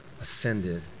ascended